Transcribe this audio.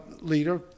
Leader